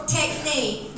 technique